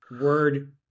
word